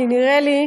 כי נראה לי,